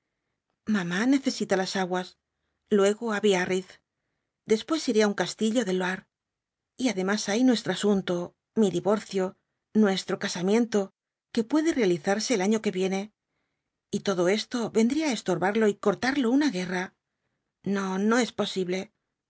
mamá necesita las aguas luego á biarritz después iré á un castillo del loire y además hay nuestro asunto mi divorcio nuestro casamiento que puede realizarse el año que viene y todo esto vendría á estorbarlo y cortarlo una guerra no no es posible son